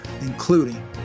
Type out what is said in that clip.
including